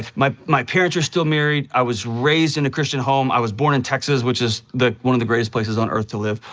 my my parents are still married. i was raised in a christian home. i was born in texas, which is the one of the greatest places on earth to live.